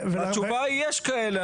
התשובה היא שיש כאלה.